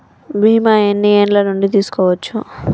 బీమా ఎన్ని ఏండ్ల నుండి తీసుకోవచ్చు?